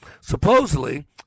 Supposedly